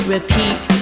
Repeat